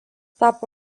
tapo